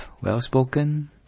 well-spoken